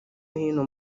hino